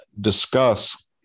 discuss